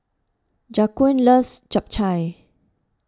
Jaquan loves Japchae